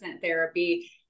therapy